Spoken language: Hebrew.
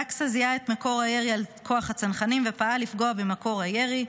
דקסה זיהה את מקור הירי על כוח הצנחנים ופעל לפגוע במקור הירי,